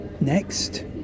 Next